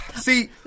see